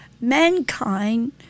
Mankind